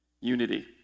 Unity